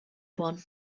one